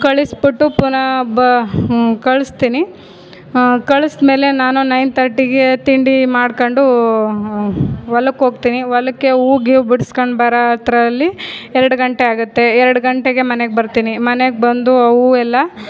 ಕಳಿಸಿಬಿಟ್ಟು ಪುನಃ ಬಾ ಕಳಿಸ್ತೀನಿ ಕಳ್ಸಿ ಮೇಲೆ ನಾನು ನೈನ್ ತರ್ಟಿಗೆ ತಿಂಡಿ ಮಾಡ್ಕೊಂಡೂ ಹೊಲಕ್ ಹೋಗ್ತೀನಿ ಹೊಲಕ್ಕೆ ಹೂವು ಗೀವ್ ಬಿಡಿಸ್ಕೊಂಡ್ ಬರೋದ್ರಲ್ಲಿ ಎರಡು ಗಂಟೆ ಆಗುತ್ತೆ ಎರಡು ಗಂಟೆಗೆ ಮನೆಗೆ ಬರ್ತೀನಿ ಮನೆಗೆ ಬಂದು ಆ ಹೂವು ಎಲ್ಲ